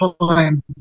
time